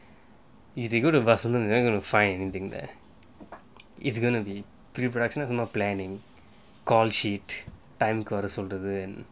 if they go to baseline going to find anything there it's gonna be three production with more planning call sheet time because older than